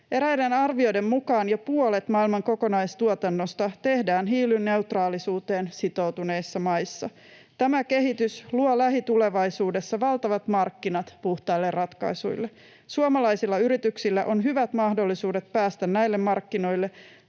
Eräiden arvioiden mukaan jo puolet maailman kokonaistuotannosta tehdään hiilineutraalisuuteen sitoutuneissa maissa. Tämä kehitys luo lähitulevaisuudessa valtavat markkinat puhtaille ratkaisuille. Suomalaisilla yrityksillä on hyvät mahdollisuudet päästä näille markkinoille.